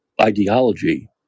ideology